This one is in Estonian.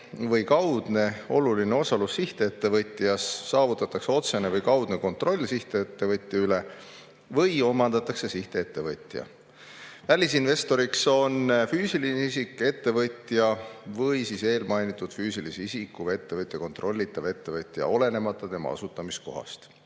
või kaudne oluline osalus sihtettevõtjas, saavutatakse otsene või kaudne kontroll sihtettevõtja üle või omandatakse sihtettevõtja. Välisinvestor on füüsiline isik, ettevõtja või eelmainitud füüsilise isiku või ettevõtja kontrollitav ettevõtja, olenemata tema asutamiskohast.